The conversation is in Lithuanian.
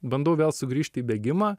bandau vėl sugrįžti į bėgimą